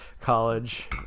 college